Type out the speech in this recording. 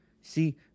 See